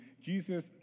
Jesus